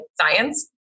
science